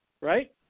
right